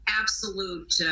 absolute